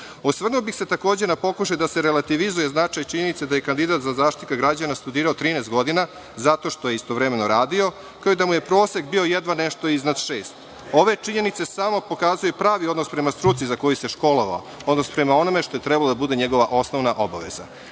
mesto. Osvrnuo bih se takođe na pokušaj da se relativizuje značaj činjenice da je kandidat za Zaštitnika građana studirao 13 godina zato što je istovremeno radio, kao i da mu je prosek bio jedva nešto iznad šest. Ove činjenice samo pokazuju pravi odnos prema struci za koju se školovao, odnosno prema onome što je trebalo da bude njegova osnovna